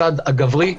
הצד הגברי,